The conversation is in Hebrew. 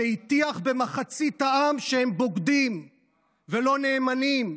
שהטיח במחצית העם שהם בוגדים ולא נאמנים,